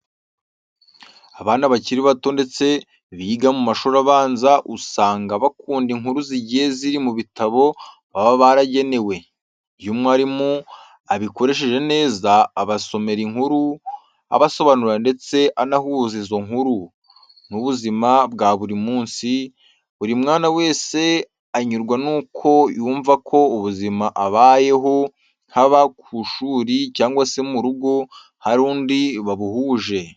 Abana bakiri bato ndetse biga mu mashuri abanza, usanga bakunda inkuru zigiye ziri mu bitabo baba baragenewe. Iyo umwarimu abikoresheje neza, abasomera inkuru, abasobanurira ndetse anahuza izo nkuru n'ubuzima bwa buri munsi, buri mwana wese anyurwa nuko yumva ko ubuzima abayeho haba ku ishuri cyangwa se mu rugo hari undi babuhuje.